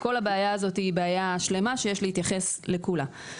כל הבעיה הזאת היא בעיה שלמה שיש להתייחס לכולה.